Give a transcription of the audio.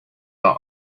are